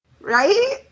right